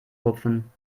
rupfen